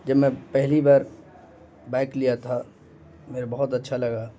جب میں پہلی بار بائک لیا تھا میرےا بہت اچھا لگا